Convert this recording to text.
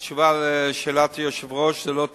תשובה על שאלת היושב-ראש: זה לא תקציבי,